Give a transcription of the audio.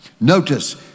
Notice